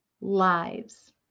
lives